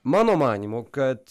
mano manymu kad